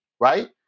right